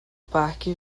parque